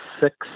six